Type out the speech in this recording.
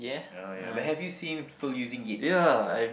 ah ya but have you seen people using Yates